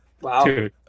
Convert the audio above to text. Wow